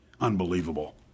Unbelievable